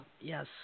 Yes